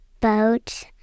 boat